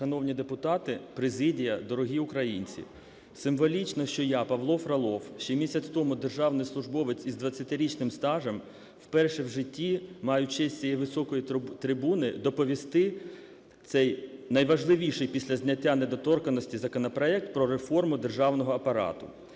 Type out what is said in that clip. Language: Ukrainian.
Шановні депутати, президія! Дорогі українці! Символічно, що я, Павло Фролов, ще місяць тому державний службовець із 20-річним стажем, вперше в житті маю честь з цієї високої трибуни доповісти цей найважливіший після зняття недоторканності законопроект про реформу державного апарату.